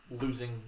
losing